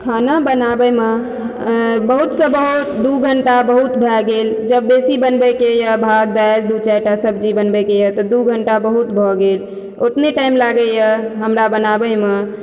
खाना बनाबै मे बहुत सऽ बहुत दू घंटा बहुत भए गेल जब बेसी बनबै के यऽ भात दालि दू चारि टा सब्जी बनबै के यऽ तऽ दू घंटा बहुत भऽ गेल ओतने टाइम लागै यऽ हमरा बनाबै मे